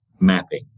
mapping